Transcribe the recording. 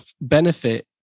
benefit